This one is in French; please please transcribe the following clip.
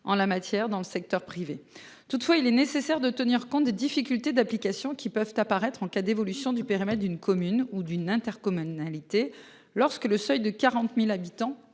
en la matière dans le secteur privé. Toutefois, il est nécessaire de tenir compte des difficultés d'application qui peuvent apparaître en cas d'évolution du périmètre d'une commune ou d'une intercommunalité lorsque le seuil de 40.000 habitants